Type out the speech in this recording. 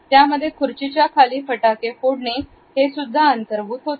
त्यामध्ये खुर्चीच्या खाली फटाके फोडणे हेसुद्धा अंतर्भूत होते